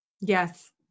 Yes